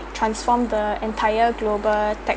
transformed the entire global tech